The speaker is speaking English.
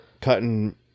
cutting